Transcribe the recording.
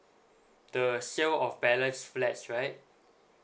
the sale of ballot flats right